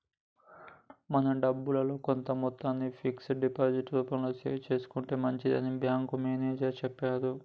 మన డబ్బుల్లో కొంత మొత్తాన్ని ఫిక్స్డ్ డిపాజిట్ రూపంలో సేవ్ చేసుకుంటే మంచిదని బ్యాంకు మేనేజరు చెప్పిర్రు